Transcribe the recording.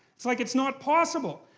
it's like it's not possible.